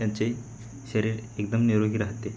त्यांचे शरीर एकदम निरोगी राहते